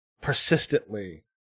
persistently